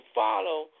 follow